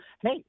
hey